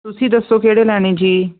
ਤੁਸੀਂ ਦੱਸੋ ਕਿਹੜੇ ਲੈਣੇ ਜੀ